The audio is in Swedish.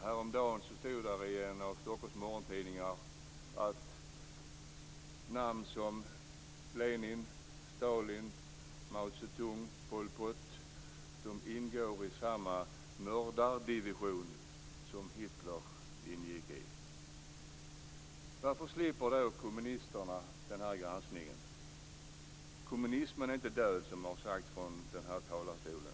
Häromdagen stod det i en av Stockholms morgontidningar att namn som Lenin, Stalin, Mao Tse Tung och Pol Pot ingår i samma mördardivion som Hitler ingick i. Varför slipper då kommunisterna den här granskningen? Kommunismen är inte död, som har sagts från den här talarstolen.